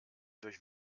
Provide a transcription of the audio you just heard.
durch